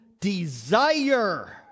desire